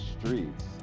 streets